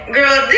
Girl